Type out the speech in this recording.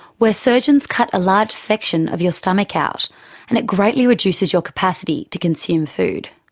where surgeons cut a large section of your stomach out and it greatly reduces your capacity to consume food.